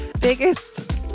Biggest